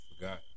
forgot